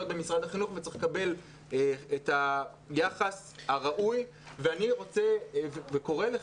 במשרד החינוך וצריך לקבל את היחס הראוי ואני רוצה וקורא לך,